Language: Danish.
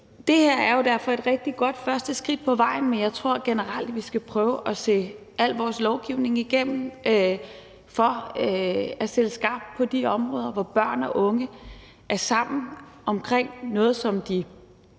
Det her er jo derfor et rigtig godt første skridt på vejen, men jeg tror generelt, vi skal prøve at se al vores lovgivning igennem for at stille skarpt på de områder, hvor børn og unge er sammen omkring noget, som de